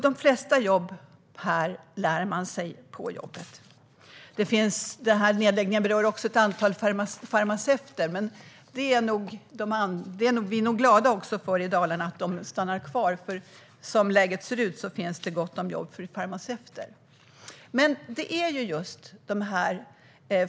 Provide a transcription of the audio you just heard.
De flesta jobben här lär man sig nämligen på jobbet. Nedläggningen berör också ett antal farmaceuter. Men vi i Dalarna kan glädjas åt att de stannar kvar, för som läget ser ut finns det gott om jobb för dem.